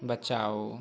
बचाओ